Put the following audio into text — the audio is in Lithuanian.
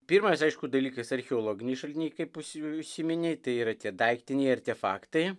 pirmas aišku dalykais archeologiniai šaltiniai kaip užsi užsiminei yra tie daiktiniai artefaktai